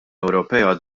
ewropea